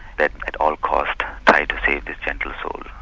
that at all cost, try to save this gentle soul.